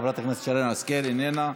חברת הכנסת שרן השכל, איננה.